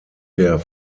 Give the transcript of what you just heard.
der